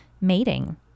mating